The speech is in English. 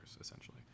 essentially